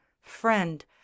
friend